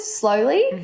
slowly